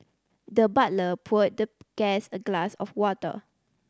the butler poured the guest a glass of water